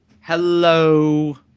hello